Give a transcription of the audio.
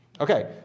Okay